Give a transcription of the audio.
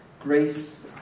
Grace